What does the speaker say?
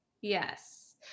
Yes